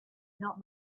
not